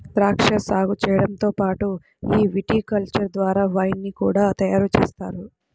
ద్రాక్షా సాగు చేయడంతో పాటుగా ఈ విటికల్చర్ ద్వారా వైన్ ని కూడా తయారుజేస్తారు